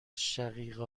شقیقه